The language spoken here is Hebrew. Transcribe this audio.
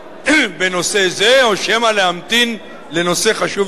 בנושא זה, או שמא להמתין לנושא חשוב יותר?